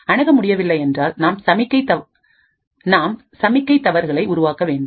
அணுக முடியவில்லை என்றால் நாம் சமிக்கை தவறுகளை உருவாக்க வேண்டும்